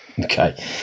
Okay